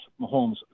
Mahomes